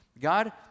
God